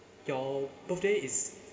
your birthday is